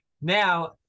Now